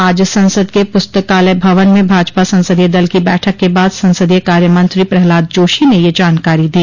आज संसद के पुस्तकालय भवन में भाजपा संसदीय दल की बैठक के बाद संसदीय कार्य मंत्री प्रहलाद जोशी ने ये जानकारी दी